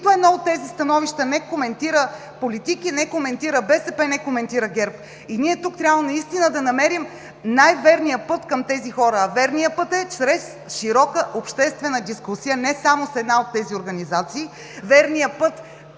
Нито едно от тези становища не коментира политики, не коментира БСП, не коментира ГЕРБ. Ние тук трябва да намерим най-верния път към тези хора, а верният път е чрез широка обществена дискусия не само с една от тези организации. Верният път